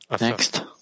Next